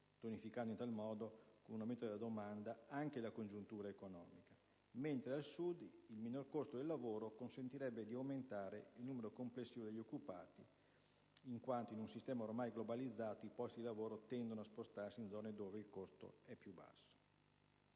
(tonificando in tal modo con un aumento della domanda anche la congiuntura economica), mentre al Sud il minore costo del lavoro consentirebbe di aumentare il numero complessivo degli occupati (in quanto in un sistema ormai globalizzato i posti di lavoro tendono a spostarsi in zone dove il costo è più basso).